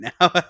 now